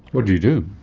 what do you do?